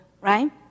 right